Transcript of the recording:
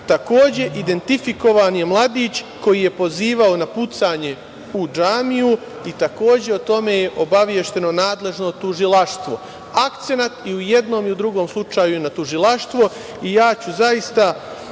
zločin. Takođe, identifikovan je mladić koji je pozivao na pucanje u džamiju i takođe je o tome obavešteno nadležno tužilaštvo. Akcenat i u jednom i u drugom slučaju je na tužilaštvu i ja ću zaista,